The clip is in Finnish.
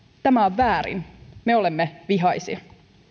tämä on väärin me olemme vihaisia